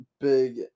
big